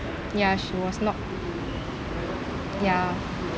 ya she was not ya